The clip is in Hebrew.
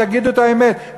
ותגידו את האמת,